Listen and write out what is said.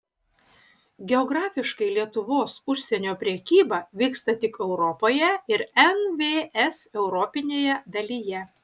geografiškai lietuvos užsienio prekyba vyksta tik europoje ir nvs europinėje dalyje